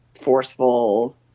forceful